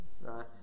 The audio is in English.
right